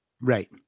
Right